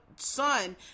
son